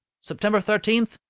september thirteenth,